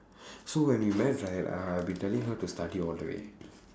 so when we met right uh I been telling her to study all the way